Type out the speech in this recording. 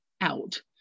out